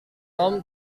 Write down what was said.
tom